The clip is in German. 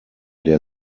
der